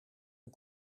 een